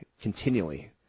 continually